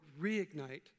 reignite